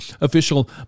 official